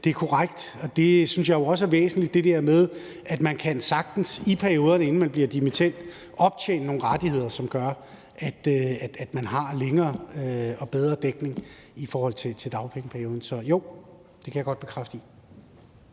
det er korrekt. Jeg synes jo også, det er væsentligt, at man sagtens i perioderne, inden man bliver dimittend, kan optjene nogle rettigheder, som gør, at man har længere og bedre dækning i forhold til dagpengeperioden. Så jo, det kan jeg godt bekræfte.